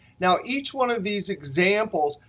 now, each one of these examples,